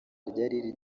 ryari